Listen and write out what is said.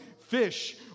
fish